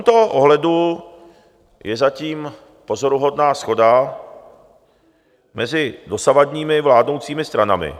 V tomto ohledu je zatím pozoruhodná shoda mezi dosavadními vládnoucími stranami.